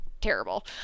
terrible